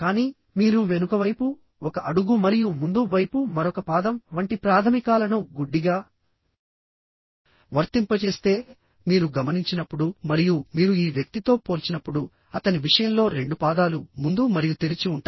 కానీ మీరు వెనుకవైపు ఒక అడుగు మరియు ముందు వైపు మరొక పాదం వంటి ప్రాథమికాలను గుడ్డిగా వర్తింపజేస్తే మీరు గమనించినప్పుడు మరియు మీరు ఈ వ్యక్తితో పోల్చినప్పుడు అతని విషయంలో రెండు పాదాలు ముందు మరియు తెరిచి ఉంటాయి